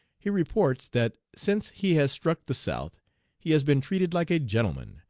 he reports that since he has struck the south he has been treated like a gentleman,